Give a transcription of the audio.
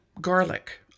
garlic